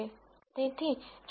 તેથી જો તમે 0